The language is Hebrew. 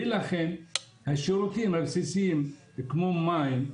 לכן השירותים הבסיסיים כמו מים,